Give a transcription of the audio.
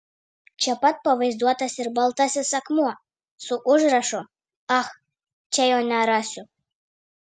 čia pat pavaizduotas ir baltasis akmuo su užrašu ach čia jo nerasiu